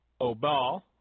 Obal